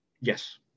Yes